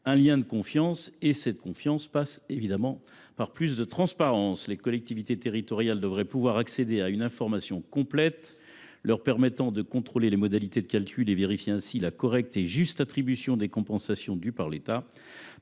et les collectivités, et cette confiance passe par une plus grande transparence. Les collectivités territoriales devraient pouvoir accéder à une information complète leur permettant de contrôler les modalités de calcul et vérifier ainsi la correcte et juste attribution des compensations dues par l’État.